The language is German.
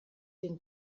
den